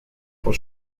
por